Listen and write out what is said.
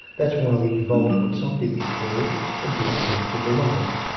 that's why we evolved what some people call a deep need to belong.